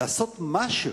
לעשות משהו.